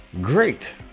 great